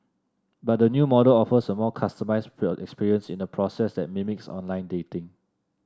but the new model offers a more customised experience in a process that mimics online dating